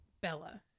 Bella